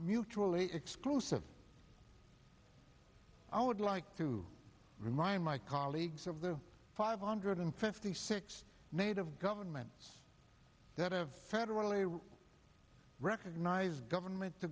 mutually exclusive i would like to remind my colleagues of the five hundred fifty six native government that have federally recognized government the